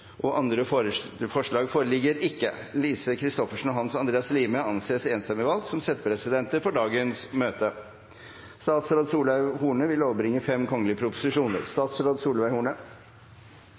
Andre forslag foreligger ikke, og Lise Christoffersen og Hans Andreas Limi anses enstemmig valgt som settepresidenter for dagens møte. Etter ønske fra familie- og kulturkomiteen vil